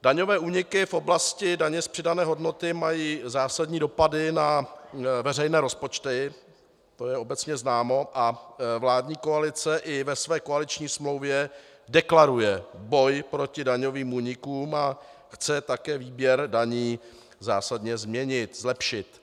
Daňové úniky v oblasti daně z přidané hodnoty mají zásadní dopady na veřejné rozpočty, to je obecně známo, a vládní koalice i ve své koaliční smlouvě deklaruje boj proti daňovým únikům a chce také výběr daní zásadně změnit, zlepšit.